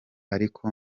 ariko